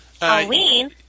Halloween